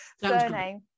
surname